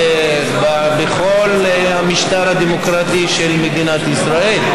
בכל המשטר הדמוקרטי של מדינת ישראל.